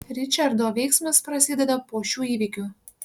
ričardo veiksmas prasideda po šių įvykių